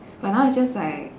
but now it's just like